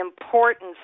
importance